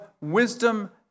wisdom